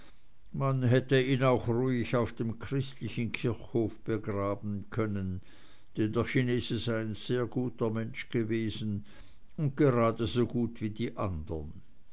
man hätte ihn auch ruhig auf dem christlichen kirchhof begraben können denn der chinese sei ein sehr guter mensch gewesen und geradesogut wie die anderen